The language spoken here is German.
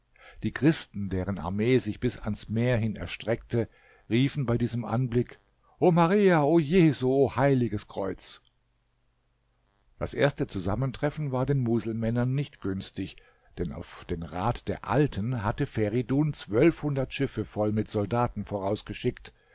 die christen deren armee sich bis ans meer hin erstreckte riefen bei diesem anblick o maria o jesu o heiliges kreuz das erste zusammentreffen war den muselmännern nicht günstig denn auf den rat der alten hatte feridun zwölfhundert schiffe voll mit soldaten vorausgeschickt